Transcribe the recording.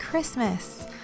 Christmas